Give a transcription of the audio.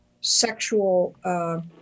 sexual